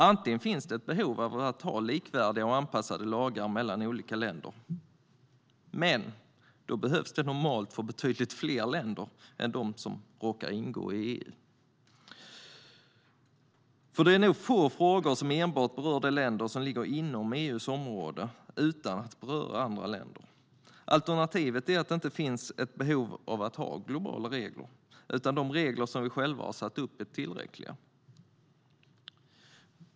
Antingen finns det ett behov av att ha likvärdiga och anpassade lagar mellan olika länder, men då behövs de normalt för betydligt fler länder än de som råkar ingå i EU. Det är nog få frågor som enbart berör länder som ligger inom EU:s område och inga andra. Alternativet är att det inte finns ett behov av att ha globala regler, utan de regler som vi själva har satt upp är tillräckliga.